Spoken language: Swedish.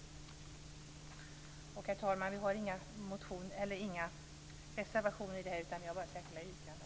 Herr talman! Vi har inga reservationer, utan bara särskilda yrkanden.